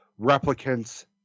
replicants